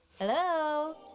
Hello